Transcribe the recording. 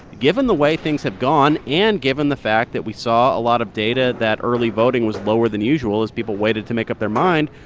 given the way things have gone and given the fact that we saw a lot of data that early voting was lower than usual as people waited to make up their mind,